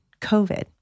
COVID